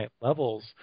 levels